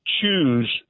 choose